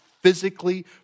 physically